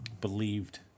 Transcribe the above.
believed